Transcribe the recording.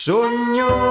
Sogno